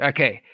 Okay